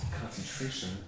concentration